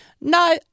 no